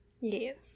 Yes